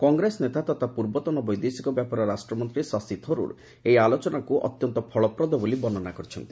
କଂଗ୍ରେସ ନେତା ତଥା ପୂର୍ବତନ ବୈଦେଶିକ ବ୍ୟାପାର ରାଷ୍ଟ୍ରମନ୍ତ୍ରୀ ଶଶି ଥରୁର୍ ଏହି ଆଲୋଚନାକୁ ଅତ୍ୟନ୍ତ ଫଳପ୍ରଦ ବୋଲି ବର୍ଷ୍ଣନା କରିଛନ୍ତି